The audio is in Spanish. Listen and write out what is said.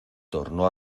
tornó